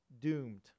doomed